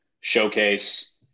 showcase